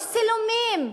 יש צילומים.